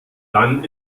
dann